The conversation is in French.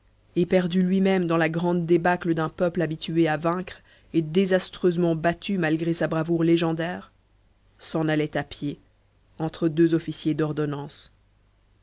éperdu lui-même dans la grande débâcle d'un peuple habitué à vaincre et désastreusement battu malgré sa bravoure légendaire s'en allait à pied entre deux officiers d'ordonnance